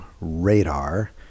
Radar